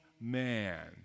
man